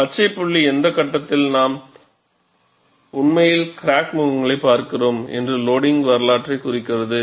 பச்சை புள்ளி எந்த கட்டத்தில் நாம் உண்மையில் கிராக் முகங்களைப் பார்க்கிறோம் என்ற லோடிங்க் வரலாற்றை குறிக்கிறது